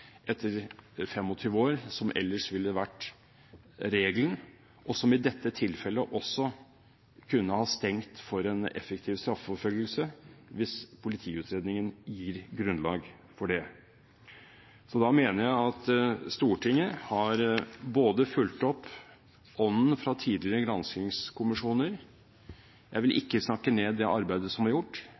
etter 25 år, noe som ellers ville vært regelen, og som i dette tilfellet også kunne ha stengt for en effektiv straffeforfølgelse, hvis politiutredningen gir grunnlag for det. Da mener jeg at Stortinget har fulgt opp ånden fra tidligere granskingskommisjoner. Jeg vil ikke snakke ned det arbeidet som er gjort,